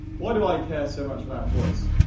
why do i care so much about voice?